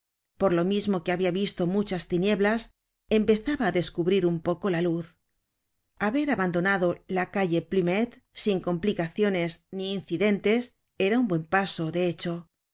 por lo mismo que habia visto muchas tinieblas empezaba á descubrir un poco la luz haber abandonado la calle plumet sin complicaciones ni incidentes era un buen paso de hecho